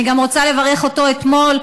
אני גם רוצה לברך אותו על אתמול,